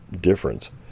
difference